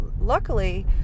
Luckily